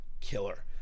killer